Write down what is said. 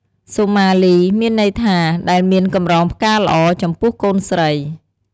សុមាលី មានន័យថា ដែលមានកម្រងផ្កាល្អ ចំពោះកូនស្រី។